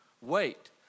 wait